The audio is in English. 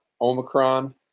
Omicron